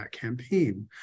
campaign